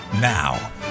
Now